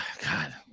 God